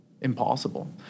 impossible